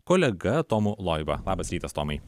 kolega tomu loiba labas rytas tomai